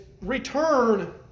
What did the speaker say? return